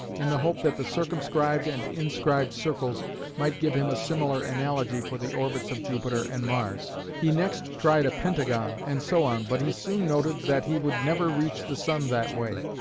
in the hope that the circumscribed and inscribed circles might give him a similar analogy for the orbits of jupiter and mars. he next tried a pentagon and so on, but he soon noted that he would never reach the sun that way,